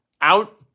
Out